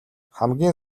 хамгийн